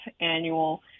annual